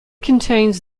contains